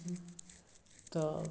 तऽ